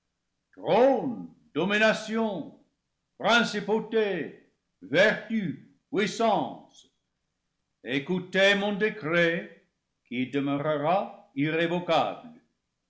dominations principautés vertus puissances écoutez mon décret qui demeurera irrévocable